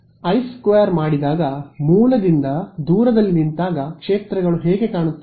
I square ಮಾಡಿದಾಗ ಮೂಲದಿಂದ ದೂರದಲ್ಲಿ ನಿಂತಾಗ ಕ್ಷೇತ್ರಗಳು ಹೇಗೆ ಕಾಣುತ್ತವೆ